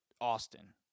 Austin